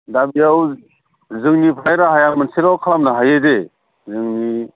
दा बेयाव जोंनिफ्राय राहाया मोनसेल'खालामनो हायोदि जोंनि